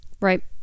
Right